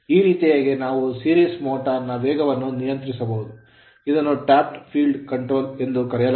ಈ ರೀತಿಯಾಗಿ ನಾವು series motor ಸರಣಿ ಮೋಟರ್ ನ ವೇಗವನ್ನು ನಿಯಂತ್ರಿಸಬಹುದು ಇದನ್ನು tapped field control tapped field control ಎಂದು ಕರೆಯಲಾಗುತ್ತದೆ